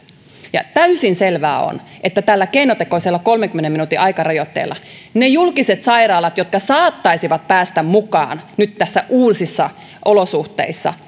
ja täysin selvää on että tällä keinotekoisella kolmenkymmenen minuutin aikarajoitteella ne julkiset sairaalat jotka saattaisivat päästä mukaan nyt näissä uusissa olosuhteissa